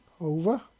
Over